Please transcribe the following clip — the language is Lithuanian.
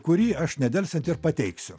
kurį aš nedelsiant ir pateiksiu